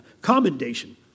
commendation